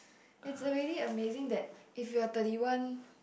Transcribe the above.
it's already amazing that if you are thirty one